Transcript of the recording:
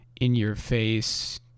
in-your-face